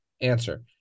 answer